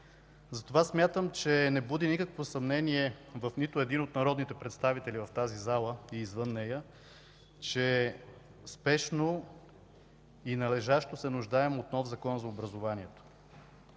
Затова смятам, че не буди никакво съмнение в нито един от народните представители в тази зала и извън нея, че спешно и належащо се нуждаем от нов Закон за образованието